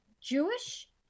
Jewish